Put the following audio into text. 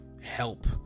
help